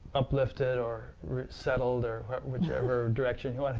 uplifted, or settled, or whichever direction you